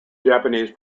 japanese